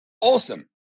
awesome